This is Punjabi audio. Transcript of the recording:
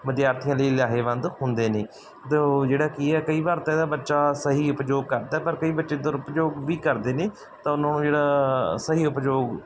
ਵਿਦਿਆਰਥੀਆਂ ਲਈ ਲਾਹੇਵੰਦ ਹੁੰਦੇ ਨੇ ਅਤੇ ਉਹ ਜਿਹੜਾ ਕੀ ਹੈ ਕਈ ਵਾਰ ਤਾਂ ਇਹਦਾ ਬੱਚਾ ਸਹੀ ਉਪਯੋਗ ਕਰਦਾ ਪਰ ਕਈ ਬੱਚੇ ਦੁਰਉਪਯੋਗ ਵੀ ਕਰਦੇ ਨੇ ਤਾਂ ਉਹਨੂੰ ਜਿਹੜਾ ਸਹੀ ਉਪਯੋਗ